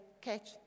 catch